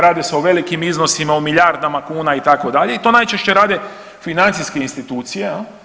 Radi se o velikim iznosima, o milijardama kuna itd. i to najčešće rade financijske institucije.